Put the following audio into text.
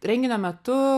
renginio metu